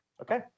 Okay